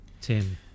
tim